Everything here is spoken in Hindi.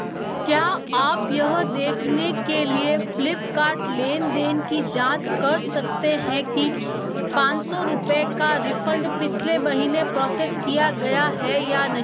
क्या आप यह देखने के लिए फ़्लिपकार्ट लेन देन की जाँच कर सकते हैं कि पाँच सौ रुपये का रिफ़ंड पिछले महीने प्रोसेस किया गया है या नहीं